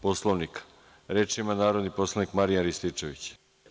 Poslovnika? (Da.) Reč ima narodni poslanik Marijan Rističević.